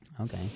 Okay